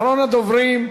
אחרון הדוברים,